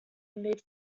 mid